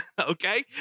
okay